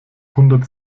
hundert